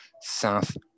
South